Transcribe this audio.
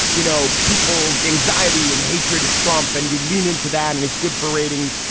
you know, people's anxiety and hatred of trump and you lean into that and it's good for ratings.